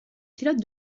pilote